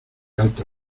alta